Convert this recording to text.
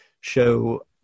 show